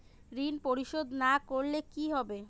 ঋণ পরিশোধ না করলে কি হবে?